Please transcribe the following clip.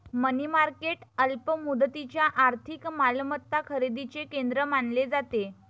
मनी market अल्प मुदतीच्या आर्थिक मालमत्ता खरेदीचे केंद्र मानले जाते